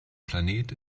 planet